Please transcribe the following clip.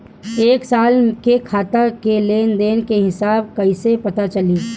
एक साल के खाता के लेन देन के हिसाब कइसे पता चली?